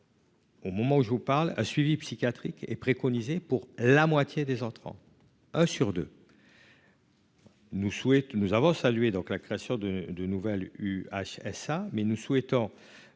au moment où je vous parle, un suivi psychiatrique est préconisé pour la moitié des entrants en prison. Un sur deux ! Nous avons salué la création de nouvelles UHSA, mais nous souhaitons